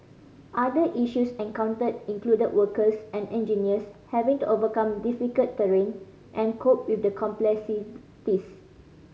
other issues encountered included workers and engineers having to overcome difficult terrain and cope with the complexities